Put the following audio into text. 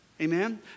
Amen